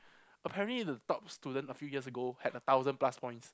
apparently the top student a few years ago had a thousand plus points